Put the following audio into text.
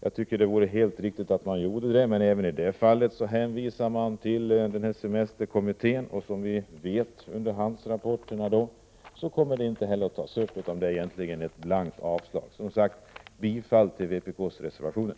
Jag tycker att det vore helt riktigt att bifalla det kravet, men även i det fallet hänvisas till semesterkommittén. Efter vad vi under hand fått veta kommer den frågan inte att tas upp av kommittén, varför utskottets hemställan innebär ett blankt avslag på motionen. Jag yrkar bifall till vpk:s reservationer.